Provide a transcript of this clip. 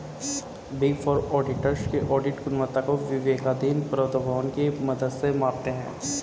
big four auditors की audit गुणवत्ता को विवेकाधीन प्रोद्भवन की मदद से मापते हैं